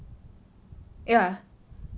ya